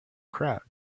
crowd